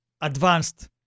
Advanced